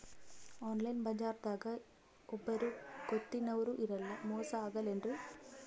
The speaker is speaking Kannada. ಆನ್ಲೈನ್ ಬಜಾರದಾಗ ಒಬ್ಬರೂ ಗೊತ್ತಿನವ್ರು ಇರಲ್ಲ, ಮೋಸ ಅಗಲ್ಲೆನ್ರಿ?